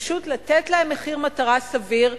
פשוט לתת להם מחיר מטרה סביר,